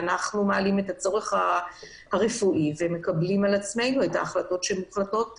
אנחנו מעלים את הצורך הרפואי ומקבלים על עצמנו את ההחלטות שיוחלטו.